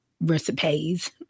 recipes